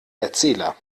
erzähler